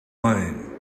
wine